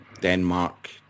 Denmark